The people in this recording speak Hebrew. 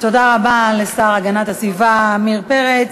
תודה רבה לשר להגנת הסביבה עמיר פרץ.